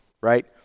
right